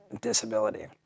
disability